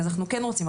אנחנו כן רוצים,